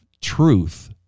truth